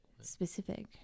Specific